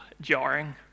jarring